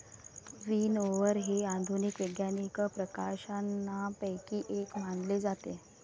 विनओवर हे आधुनिक वैज्ञानिक प्रकाशनांपैकी एक मानले जाते